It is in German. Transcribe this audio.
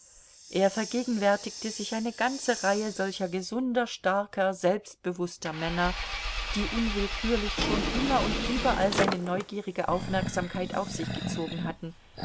er vergegenwärtigte sich eine ganze reihe solcher gesunder starker selbstbewußter männer die unwillkürlich schon immer und überall seine neugierige aufmerksamkeit auf sich gezogen hatten